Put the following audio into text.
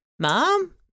Mom